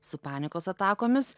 su panikos atakomis